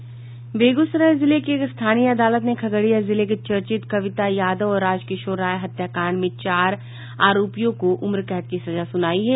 बेगूसराय जिले की एक स्थानीय अदालत ने खगड़िया जिले के चर्चित कविता यादव और राजकिशोर राय हत्याकांड में चार आरापियों को उम्रकैद की सजा सुनायी है